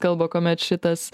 kalba kuomet šitas